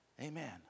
Amen